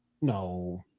no